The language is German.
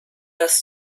das